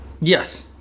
Yes